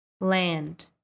land